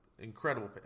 Incredible